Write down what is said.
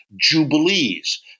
jubilees